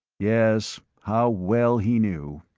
yes, how well he knew.